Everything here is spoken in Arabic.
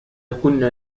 كنا